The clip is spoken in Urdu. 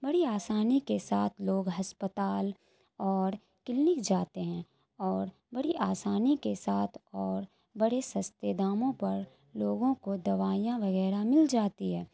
بڑی آسانی کے ساتھ لوگ ہسپتال اور کلینک جاتے ہیں اور بڑی آسانی کے ساتھ اور بڑے سستے داموں پر لوگوں کو دوائیاں وغیرہ مل جاتی ہے